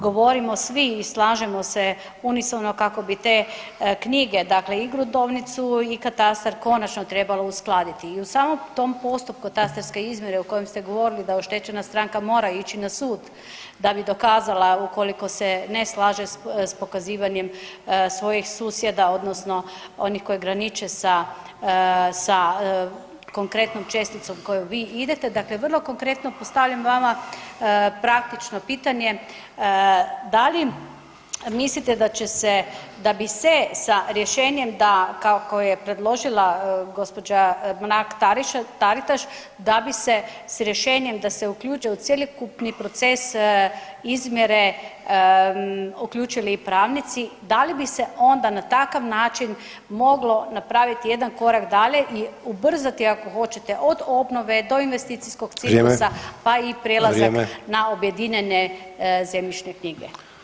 Govorimo svi i slažemo se unisono kako bi te knjige, dakle i gruntovnicu i katastar konačno trebalo uskladiti i u samom tom postupku katastarske izmjere, u kojem ste govorili da oštećena stranka mora ići na sud da bi dokazala, ukoliko se ne slaže s pokazivanjem svojih susjeda, odnosno onih koji graniče sa konkretnom česticom koju vi idete, dakle vrlo konkretno postavljam vama praktično pitanje, da li mislite da će se, da bi se sa rješenje da kako je predložila gđa. Mrak-Taritaš, da bi se s rješenjem da se uključe u cjelokupne proces izmjere uključili i pravnici, da li bi se onda na takav način moglo napraviti jedan korak dalje i ubrzati, ako hoćete, od obnove, do investicijskog ciklusa [[Upadica: Vrijeme.]] pa i prelazak na [[Upadica: Vrijeme.]] objedinjene zemljišne knjige.